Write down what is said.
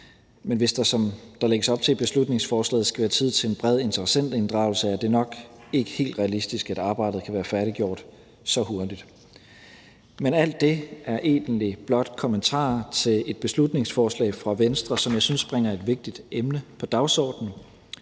der, som der lægges op til i beslutningsforslaget, skal være tid til en bred interessentinddragelse, er det nok ikke helt realistisk, at arbejdet kan være færdiggjort så hurtigt. Men alt det er egentlig blot kommentarer til et beslutningsforslag fra Venstre, som jeg synes bringer et vigtigt emne på dagsordenen,